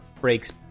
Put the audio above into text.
breaks